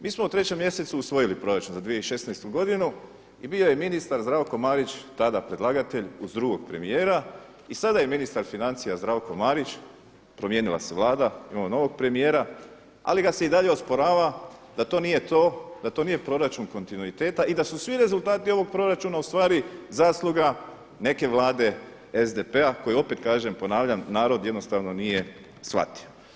Mi smo u trećem mjesecu usvojili proračun za 2016. godinu i bio je ministar Zdravko Marić tada predlagatelj uz drugog premijera i sada je ministar financija Zdravko Marić, promijenila se vlada imamo novog premijera, ali ga se i dalje osporava da to nije to, da to nije proračun kontinuiteta i da su svi rezultati ovog proračuna zasluga neke vlade SDP-a koja opet kaže, ponavljam, narod jednostavno nije shvatio.